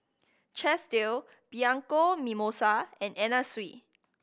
Chesdale Bianco Mimosa and Anna Sui